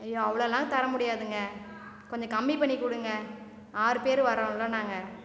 ஐயோ அவ்வளோலாம் தரமுடியாதுங்க கொஞ்சம் கம்மி பண்ணி கொடுங்க ஆறு பேர் வரோம்ல நாங்கள்